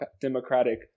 democratic